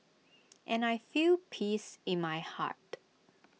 and I feel peace in my heart